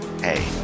Hey